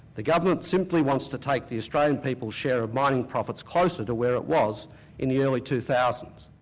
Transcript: the government simply wants to take the australian people's share of mining profits closer to where it was in the early two thousand